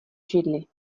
židli